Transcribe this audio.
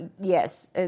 Yes